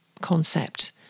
concept